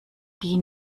die